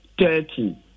thirty